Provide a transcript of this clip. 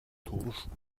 turnschuh